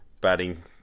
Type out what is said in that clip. batting